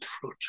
fruit